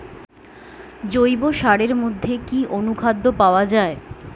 জৈব সারের মধ্যে কি অনুখাদ্য পাওয়া যায়?